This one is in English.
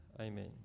amen